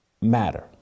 matter